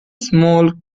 small